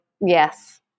yes